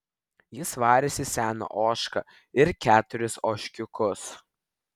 jis varėsi seną ožką ir keturis ožkiukus